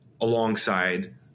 alongside